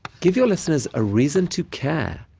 give your listeners a reason to care.